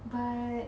but